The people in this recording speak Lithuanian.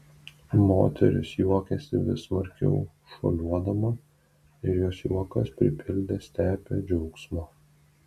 moteris juokėsi vis smarkiau šuoliuodama ir jos juokas pripildė stepę džiaugsmo